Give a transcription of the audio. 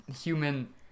human